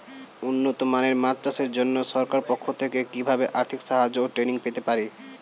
উন্নত মানের মাছ চাষের জন্য সরকার পক্ষ থেকে কিভাবে আর্থিক সাহায্য ও ট্রেনিং পেতে পারি?